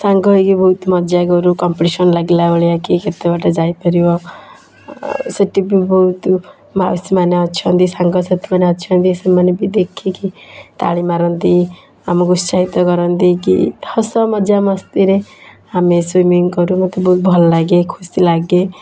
ସାଙ୍ଗ ହୋଇକି ବହୁତ ମଜା କରୁ କମ୍ପିଟିସନ୍ ଲାଗିଲା ଭଳିଆ କିଏ କେତେ ବାଟ ଯାଇ ପାରିବ ଆ ସେଠିବି ବହୁତ ମାଉସି ମାନେ ଅଛନ୍ତି ସାଙ୍ଗ ସାଥିମାନେ ଅଛନ୍ତି ସେମାନେ ବି ଦେଖିକି ତାଳି ମାରନ୍ତି ଆମକୁ ଉତ୍ସାହିତ କରନ୍ତି କି ହସ ମଜାମସ୍ତିରେ ଆମେ ସୁଇମିଙ୍ଗ୍ କରୁ ମୋତେ ବହୁତ ଭଲଲାଗେ ଖୁସିଲାଗେ